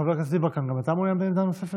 חבר הכנסת יברקן, גם אתה אמור להיות בעמדה נוספת?